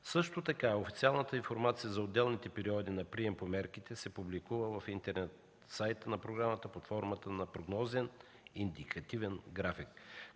Също така официалната информация за отделните периоди на прием по мерките се публикува в интернет, в сайта на програмата под формата на прогнозен индикативен график.